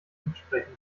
mitsprechen